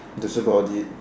that's about it